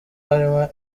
harimo